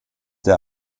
der